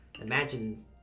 imagine